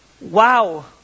Wow